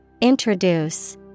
Introduce